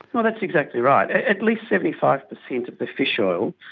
that's exactly right. at least seventy five percent of the fish oil,